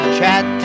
chat